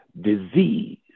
disease